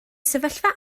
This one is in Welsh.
sefyllfa